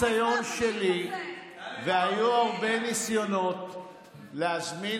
כל ניסיון שלי והיו הרבה ניסיונות להזמין,